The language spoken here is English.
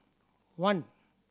one